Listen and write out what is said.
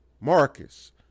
Marcus